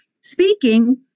Speaking